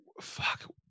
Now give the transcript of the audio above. Fuck